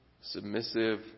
submissive